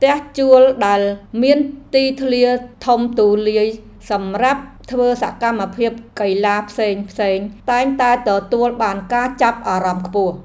ផ្ទះជួលដែលមានទីធ្លាធំទូលាយសម្រាប់ធ្វើសកម្មភាពកីឡាផ្សេងៗតែងតែទទួលបានការចាប់អារម្មណ៍ខ្ពស់។